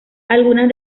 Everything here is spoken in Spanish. algunas